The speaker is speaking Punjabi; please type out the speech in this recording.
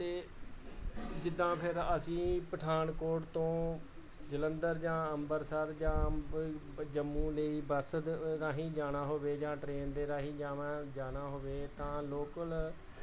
ਅਤੇ ਜਿੱਦਾਂ ਫਿਰ ਅਸੀਂ ਪਠਾਨਕੋਟ ਤੋਂ ਜਲੰਧਰ ਜਾਂ ਅੰਬਰਸਰ ਜਾਂ ਜੰਮੂ ਲਈ ਬੱਸ ਰਾਹੀਂ ਜਾਣਾ ਹੋਵੇ ਜਾਂ ਟ੍ਰੇਨ ਦੇ ਰਾਹੀਂ ਜਾਣਾ ਜਾਣਾ ਹੋਵੇ ਤਾਂ ਲੋਕਲ